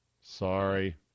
Sorry